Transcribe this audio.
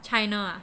China ah